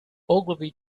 ogilvy